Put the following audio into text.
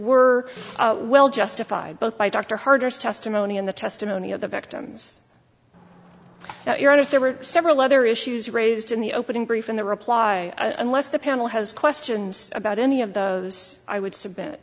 were well justified both by dr hardress testimony and the testimony of the victims that you're in is there were several other issues raised in the opening brief and the reply unless the panel has questions about any of those i would submit